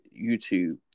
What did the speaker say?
youtube